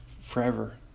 forever